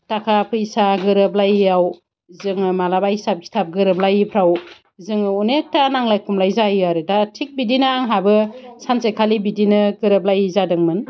थाखा फैसा गोरोबलायिआव जोङो माब्लाबा हिसाब खिथाब गोरोबलायिफोराव जोङो अनेकता नांलाय खमलाय जायो आरो दा थिक बिदिनो आंहाबो सानसेखालि बिदिनो गोरोबलायि जादोंमोन